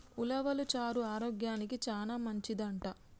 ఉలవలు చారు ఆరోగ్యానికి చానా మంచిదంట